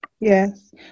yes